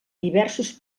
diversos